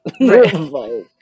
Right